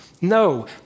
No